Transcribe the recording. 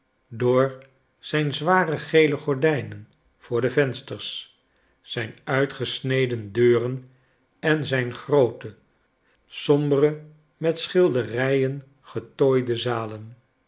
door zijn zware gele gordijnen voor de vensters zijn uitgesneden deuren en zijn groote sombere met schilderijen getooide zalen